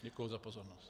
Děkuji za pozornost.